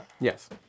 Yes